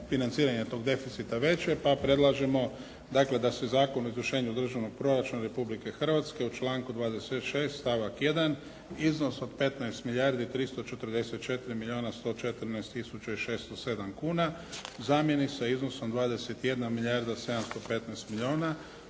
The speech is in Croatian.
financiranje tog deficita veće. Pa predlažemo dakle da se Zakon o izvršenju Državnog proračuna Republike Hrvatske u članku 26. stavak 1. iznos od 15 milijardi 344 milijuna 114 tisuća i 607 kuna